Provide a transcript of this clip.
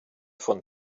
von